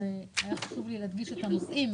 היה חשוב לי להדגיש את הנושאים,